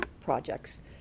projects